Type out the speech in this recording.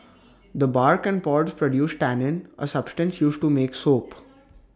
the bark and pods produce tannin A substance used to make soap